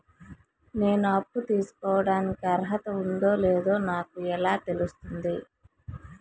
నేను అప్పు తీసుకోడానికి అర్హత ఉందో లేదో నాకు ఎలా తెలుస్తుంది?